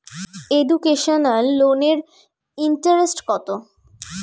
Educational লোনের interest কত?